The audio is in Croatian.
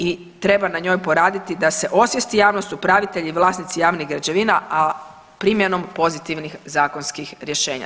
I treba na njoj poraditi da se osvijesti javnost, upravitelji i vlasnici javnih građevina, a primjenom pozitivnih zakonskih rješenja.